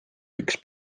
üks